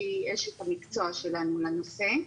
שהיא אשת המקצוע שלנו בנושא.